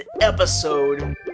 episode